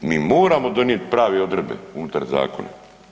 Mi moramo donijeti prave odredbe unutar zakona.